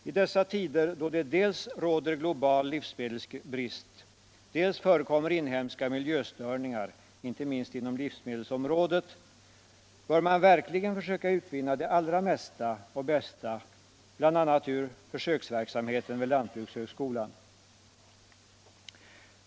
I dessa tider då det dels råder global livsmedelsbrist, dels förekommer inhemska miljöstörningar — inte minst inom livsmedelsområdet — bör man verkligen försöka utvinna det allra mesta och bästa bl.a. ur försöksverksamheten vid lantbrukshögskolan.